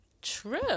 True